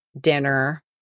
dinner